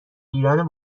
ایران